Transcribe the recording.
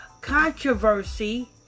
controversy